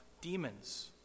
demons